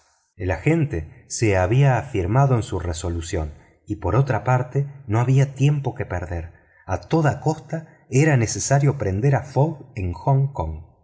el agente se había afirmado en su resolución y por otra parte no había tiempo que perder a toda costa era necesario prender a fogg en hong kong